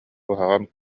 куһаҕан